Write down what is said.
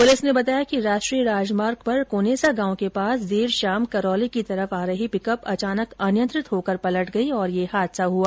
police ने बताया कि राष्ट्रीय राजमार्ग पर कोनेसा गांव के पास देर शाम करौली की तरफ आ रही पिकअप अचानक अनियंत्रित होकर पलट गई जिस कारण ये हादसा हुआ